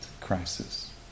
crisis